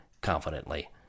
confidently